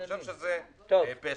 אני חושב שזה פשע.